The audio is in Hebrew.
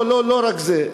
לא רק זה.